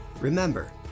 Remember